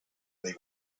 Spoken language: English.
they